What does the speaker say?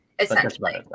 Essentially